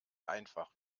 einfach